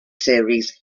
series